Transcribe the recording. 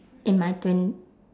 in my twen~